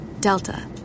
Delta